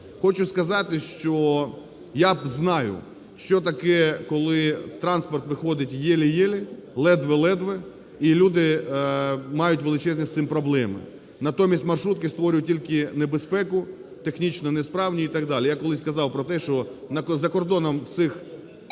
Хочу сказати, що я знаю, що таке, коли транспорт виходить ели-ели, ледве-ледве, і люди мають величезні з цим проблеми. Натомість маршрутки створюють тільки небезпеку, технічно несправні і так далі. Я колись казав про те, що за кордоном в цих